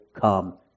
come